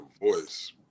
Voice